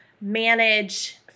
manage